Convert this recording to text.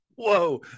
Whoa